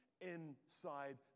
inside